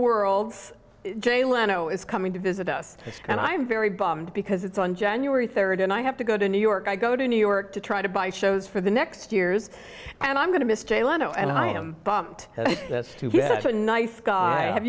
world jay leno is coming to visit us and i'm very bummed because it's on january third and i have to go to new york i go to new york to try to buy shows for the next years and i'm going to miss jay leno and i am this to get a nice guy have